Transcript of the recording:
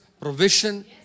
provision